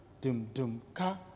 dum-dum-ka